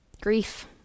grief